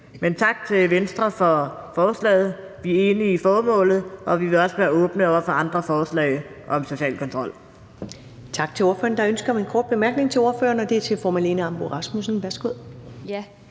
tak til Venstre for forslaget. Vi er enige i formålet, og vi vil også være åbne over for andre forslag om social kontrol.